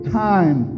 time